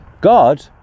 god